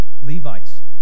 Levites